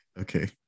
okay